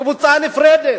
קבוצה נפרדת.